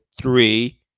three